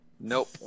Nope